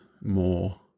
more